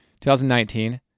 2019